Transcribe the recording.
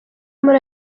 muri